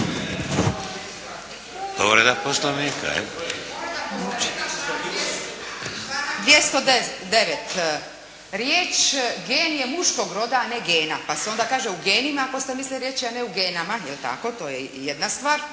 209. Riječ geni je muškog roda a ne gena, pa se onda kaže u genima, ako ste mislili reći a ne u genama, je li tako, to je jedna stvar,